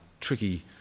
tricky